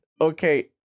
Okay